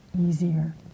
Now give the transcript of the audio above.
easier